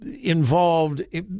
involved